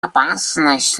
опасность